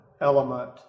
element